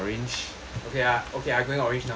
okay ah okay I going orange now